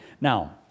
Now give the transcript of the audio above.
Now